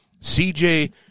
CJ